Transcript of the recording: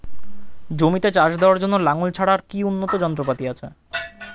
জমিতে চাষ দেওয়ার জন্য লাঙ্গল ছাড়া আর কি উন্নত যন্ত্রপাতি আছে?